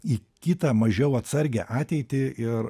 į kitą mažiau atsargią ateitį ir